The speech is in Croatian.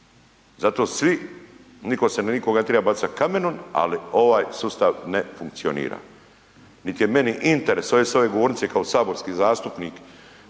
Zato svi, niko se na nikog ne treba bacat kamenon, ali ovaj sustav ne funkcionira niti je meni interes ovdje s ove govornice kao saborski zastupnik